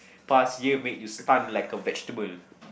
past year made you stun like a vegetable